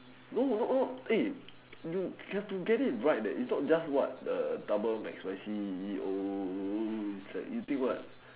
no no no eh you have to get it right that it not just what err double McSpicy oh is like you think what